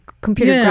computer